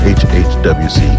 hhwc